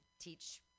teach –